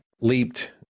leaped